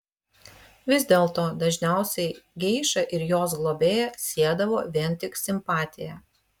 vis dėlto dažniausiai geišą ir jos globėją siedavo vien tik simpatija